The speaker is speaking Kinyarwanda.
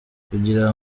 kugira